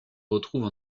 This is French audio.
retrouve